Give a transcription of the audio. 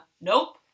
Nope